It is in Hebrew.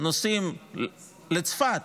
נוסעים לצפת,